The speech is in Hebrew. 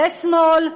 זה שמאל.